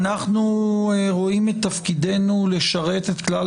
אנחנו רואים את תפקידנו לשרת את כלל